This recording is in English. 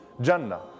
Jannah